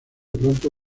pronto